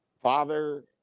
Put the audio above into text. father